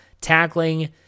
tackling